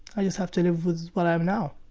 i just have to live with what i am now'.